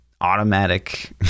automatic